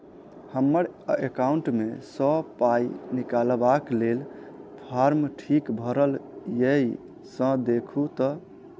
हम्मर एकाउंट मे सऽ पाई निकालबाक लेल फार्म ठीक भरल येई सँ देखू तऽ?